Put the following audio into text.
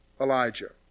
Elijah